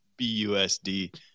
BUSD